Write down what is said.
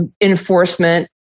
enforcement